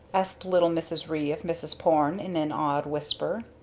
asked little mrs. ree of mrs. porne in an awed whisper.